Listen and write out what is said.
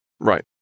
Right